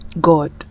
god